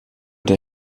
der